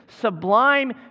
sublime